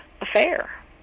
affair